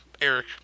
Eric